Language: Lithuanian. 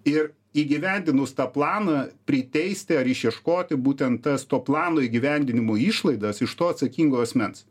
ir įgyvendinus tą planą priteisti ar išieškoti būtent tas to plano įgyvendinimo išlaidas iš to atsakingo asmens